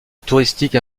touristique